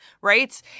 right